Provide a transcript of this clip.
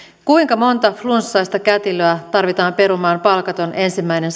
kuinka monta flunssaista kätilöä tarvitaan perumaan palkaton ensimmäinen